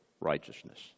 righteousness